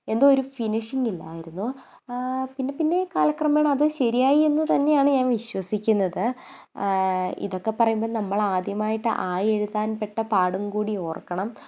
എന്തോ ഒരു ഫിനിഷിങ്ങില്ലായിരുന്നു പിന്നെ പിന്നെ കാലക്രമേണ അത് ശരിയായി എന്ന് തന്നെയാണ് ഞാൻ വിശ്വസിക്കുന്നത് ഇതൊക്കെ പറയുമ്പം നമ്മൾ ആദ്യമായിട്ട് ആ എഴുതാൻ പെട്ട പാടും കൂടി ഓർക്കണം